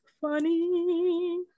funny